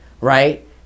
right